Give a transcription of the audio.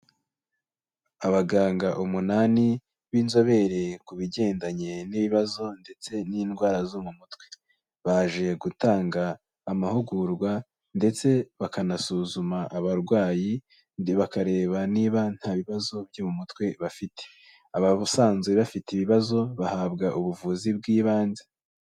Abaganga umunani b'inzobere ku bigendanye n'ibibazo ndetse n'indwara zo mu mutwe. Baje gutanga amahugurwa ndetse bakanasuzuma abarwayi, bakareba niba nta bibazo byo mu mutwe bafite. Abasanzwe bafite ibibazo, bahabwa ubuvuzi bw'ibanze.